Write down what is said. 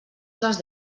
les